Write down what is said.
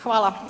Hvala.